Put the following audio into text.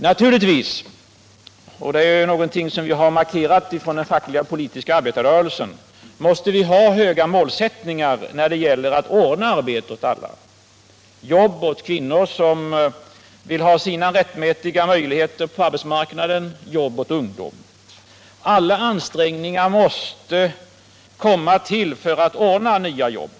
Naturligtvis — det har vi markerat från den fackliga/politiska arbetarrörelsen — måste vi ha en hög målsättning när det gäller att ordna arbete åt alla, jobb åt kvinnor som vill ha sina rättmätiga möjligheter på arbetsmarknaden, jobb åt ungdomen. Alla ansträngningar måste till för att ordna nya jobb.